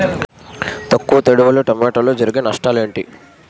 తక్కువ తడి వల్ల టమోటాలో జరిగే నష్టాలేంటి?